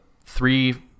three –